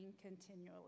continually